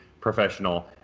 professional